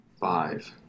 Five